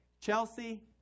Chelsea